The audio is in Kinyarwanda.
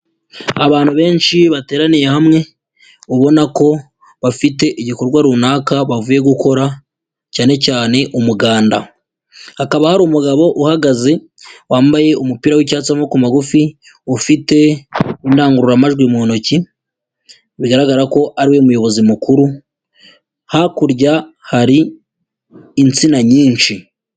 Abantu benshi bateraniye hamwe ubona ko bafite igikorwa runaka bavuye gukora cyane cyane umuganda, hakaba hari umugabo uhagaze wambaye umupira w'icyatsi w'amaboko magufi ufite indangururamajwi mu ntoki bigaragara ko ari we muyobozi mukuru, hakurya hari insina nyinshi.